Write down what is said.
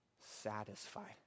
satisfied